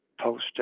Post